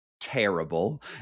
terrible